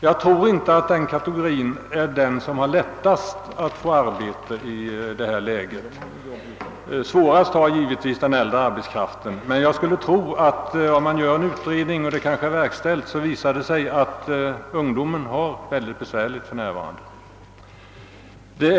Jag tror inte att denna kategori är den som har det lättast att få arbete i detta läge. Svårast är det givetvis för den äldre arbetskraften, men jag skulle tro att det, om man gör en utredning — och en sådan kanske är genomförd — kommer att visa sig att ungdomen har det synnerligen besvärligt för närvarande.